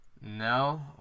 No